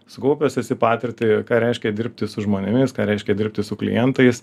sukaupęs visą patirtį ką reiškia dirbti su žmonėmis ką reiškia dirbti su klientais